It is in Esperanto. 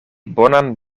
bonan